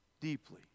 deeply